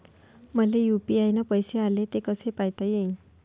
मले यू.पी.आय न पैसे आले, ते कसे पायता येईन?